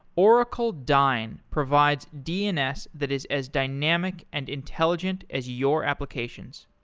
oracle dyn provides dns that is as dynamic and intelligent as your applications.